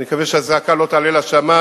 אני מקווה שהזעקה לא תעלה לשמים,